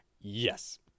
Yes